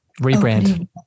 rebrand